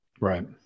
Right